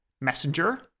messenger